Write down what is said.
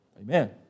Amen